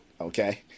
okay